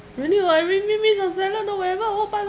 really orh I really miss your salad orh whenever I want to buy